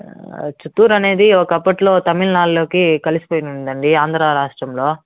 చిత్తూరు అనేది ఒకప్పట్లో తమిళనాడులోకి కలిసిపోయి ఉండిందండి ఆంధ్రా రాష్ట్రంలో